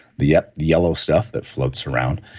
the yeah yellow stuff that floats around,